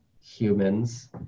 humans